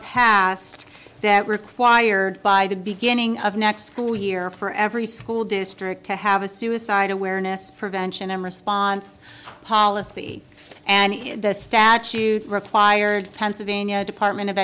passed that required by the beginning of next school year for every school district to have a suicide awareness prevention and response policy and the statute required pennsylvania department of